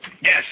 Yes